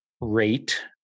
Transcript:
rate